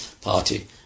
party